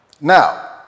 Now